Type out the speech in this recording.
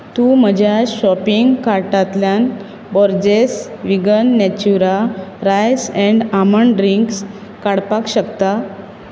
तूं म्हज्या शॉपिंग कार्टांतल्यान Borges vegan Natura rice and almond drinks काडपाक शकता